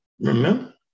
Remember